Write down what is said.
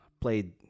Played